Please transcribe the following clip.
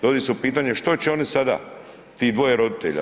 Dovodi se u pitanje što će oni sada ti dvoje roditelja?